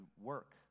work